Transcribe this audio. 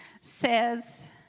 says